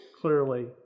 clearly